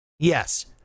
Yes